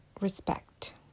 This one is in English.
respect